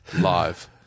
live